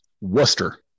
Worcester